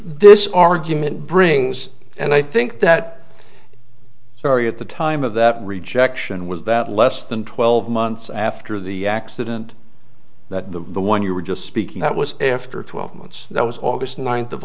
this argument brings and i think that story at the time of that rejection was that less than twelve months after the accident that the one you were just speaking that was after twelve months that was august ninth of